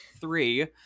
Three